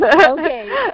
Okay